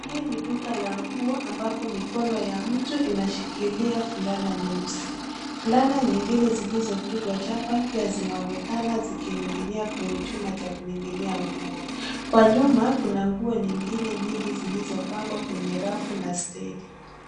Hii ni duka la nguo ambapo mikono ya mtu inashikilia fulana nyeusi. Fulana nyingine zilizopigwa chapa pia zinaonekana zikining'inia kwenye chuma cha kuning'inia nguo. Kwa nyuma kuna nguo nyingine nyingi zilizopangwa kwenye rafu na stedi .